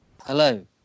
hello